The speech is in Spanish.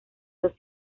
dos